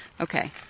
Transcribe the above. Okay